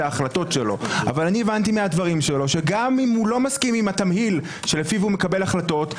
ההחלטות שלו אבל הבנתי שגם אם לא מסכים עם התמהיל שלפיו מקבל החלטות,